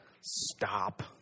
stop